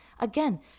again